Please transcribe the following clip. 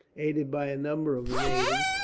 aided by a number of natives,